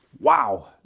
Wow